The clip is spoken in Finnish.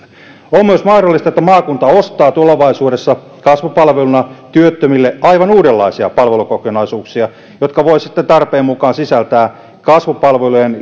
on myös mahdollista että maakunta ostaa tulevaisuudessa kasvupalveluna työttömille aivan uudenlaisia palvelukokonaisuuksia jotka voivat sitten tarpeen mukaan sisältää kasvupalvelujen